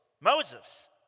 Moses